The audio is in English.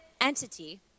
entity